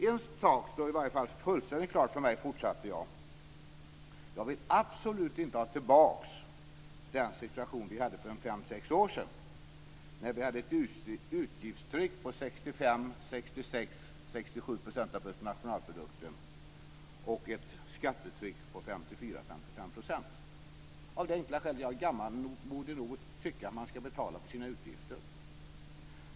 En sak står i varje fall fullständigt klart för mig, fortsatte jag. Jag vill absolut inte ha tillbaka den situation vi hade för fem sex år sedan, när vi hade ett utgiftstryck på 65-67 % av bruttonationalprodukten och ett skattetryck på 54-55 %- av det enkla skälet att jag är gammalmodig nog att tycka att man ska betala för sina utgifter.